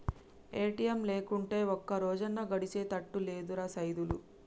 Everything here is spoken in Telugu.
ఏ.టి.ఎమ్ లేకుంటే ఒక్కరోజన్నా గడిసెతట్టు లేదురా సైదులు